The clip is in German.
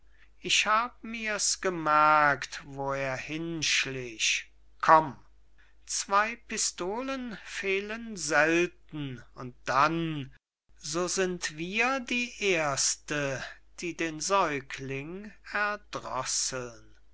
ich hab mir's gemerkt wo er hinschlich komm zwey pistolen fehlen selten und dann so sind wir die ersten die den säugling